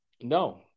no